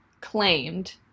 claimed